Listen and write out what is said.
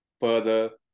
further